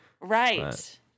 right